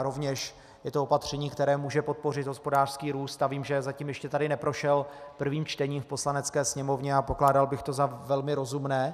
Rovněž je to opatření, které může podpořit hospodářský růst, a vím, že zatím ještě tady neprošel prvým čtením v Poslanecké sněmovně, a pokládal bych to za velmi rozumné.